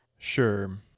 Sure